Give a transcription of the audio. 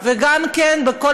גם בנושא חופשת לידה,